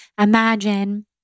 imagine